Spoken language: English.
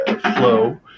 flow